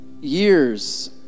years